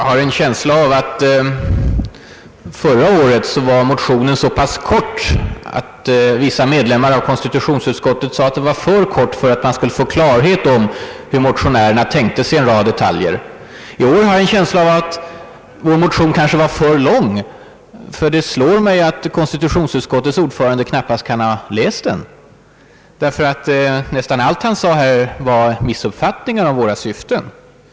Herr talman! Förra året var vår motion mycket kort. Vissa medlemmar av konstitutionsutskottet tyckte att den var för kort för att man skulle få klarhet om hur motionärerna tänkte sig en rad detaljer. I år har jag känslan att vår motion kanske var för lång, ty det slår mig att konstitutionsutskottets ordförande knappast kan ha läst den. Nästan allt vad han sade här var ju missuppfattningar av våra syften och av vad vi skrivit.